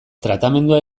tratamendua